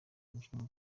umukinnyi